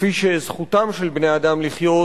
כפי שזכותם של בני-אדם לחיות,